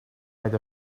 their